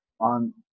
on